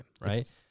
right